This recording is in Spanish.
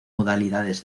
modalidades